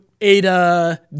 Ada